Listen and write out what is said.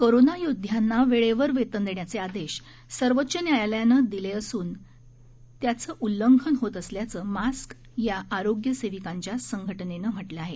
corona योध्यांना वेळेवर वेतन देण्याचे आदेश सर्वोच्च न्यायालयानं दिले असून त्याचं उल्लंघन होत असल्याचं मास्क या आरोग्य सेविकांच्या संघटनेने म्हटलं आहे